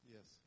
Yes